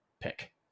pick